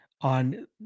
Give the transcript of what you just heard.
on